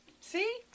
See